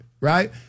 Right